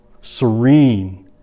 serene